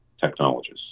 technologies